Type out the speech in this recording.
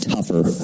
tougher